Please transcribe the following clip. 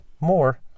More